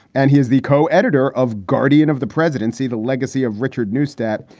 and he is the co-editor of guardian of the presidency the legacy of richard newsthat.